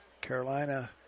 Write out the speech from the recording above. Carolina